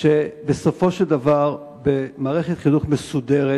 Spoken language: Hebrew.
בסופו של דבר, במערכת חינוך מסודרת,